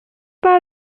pas